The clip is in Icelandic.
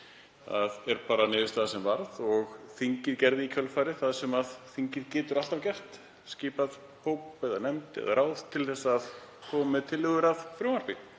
Þetta er bara niðurstaða sem varð og þingið gerði í kjölfarið það sem þingið getur alltaf gert, það skipaði hóp eða nefnd eða ráð til að koma með tillögur að frumvarpi,